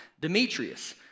Demetrius